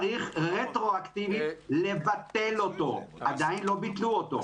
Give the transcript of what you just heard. צריך רטרואקטיבית לבטל אותו עדיין לא ביטלו אותו,